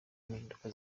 mpinduka